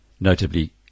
notably